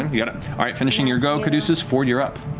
um you got it. all right, finishing your go, caduceus. fjord, you're up.